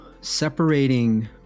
separating